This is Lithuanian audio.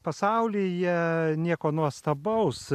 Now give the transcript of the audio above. pasaulyje jie nieko nuostabaus